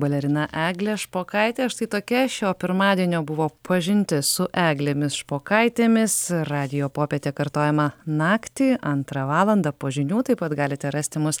balerina eglė špokaitė štai tokia šio pirmadienio buvo pažintis su eglėmis špokaitės radijo popietė kartojama naktį antrą valandą po žinių taip pat galite rasti mus